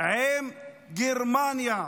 עם גרמניה.